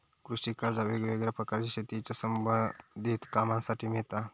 कृषि कर्जा वेगवेगळ्या प्रकारची शेतीच्या संबधित कामांसाठी मिळता